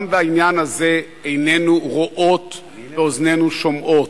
גם בעניין הזה עינינו רואות ואוזנינו שומעות.